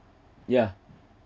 yeah